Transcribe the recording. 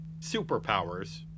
superpowers